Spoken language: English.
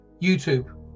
YouTube